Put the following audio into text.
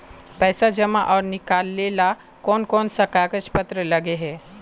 पैसा जमा आर निकाले ला कोन कोन सा कागज पत्र लगे है?